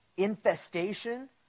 Infestation